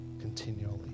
continually